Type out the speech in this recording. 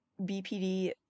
BPD